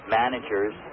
managers